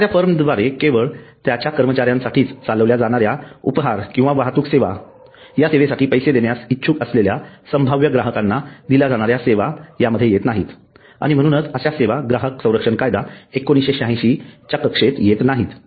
एखाद्या फर्मद्वारे केवळ त्याच्या कर्मचाऱ्यांसाठी चालवल्या जाणाऱ्या उपहार किंवा वाहतूक सेवा या सेवेसाठी पैसे देण्यास इच्छुक असलेल्या संभाव्य ग्राहकांना दिल्या जाणाऱ्या सेवा नाहीत आणि म्हणूनच अशा सेवा ग्राहक संरक्षण कायदा 1986 च्या कक्षेत येत नाहीत